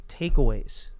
takeaways